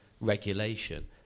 regulation